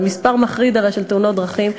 זה הרי מספר מחריד של תאונות דרכים,